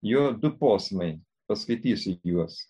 jo du posmai paskaitysiu juos